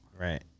Right